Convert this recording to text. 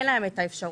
אין להם את האפשרות.